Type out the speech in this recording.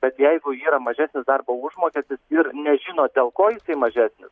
bet jeigu yra mažesnis darbo užmokestis ir nežino dėl ko jisai mažesnis